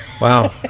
Wow